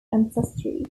ancestry